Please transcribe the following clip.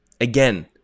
Again